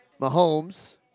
Mahomes